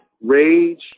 rage